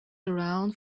around